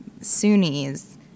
Sunnis